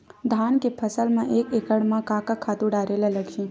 धान के फसल म एक एकड़ म का का खातु डारेल लगही?